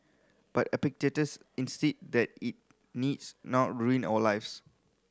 but Epictetus insist that it needs not ruin our lives